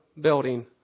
building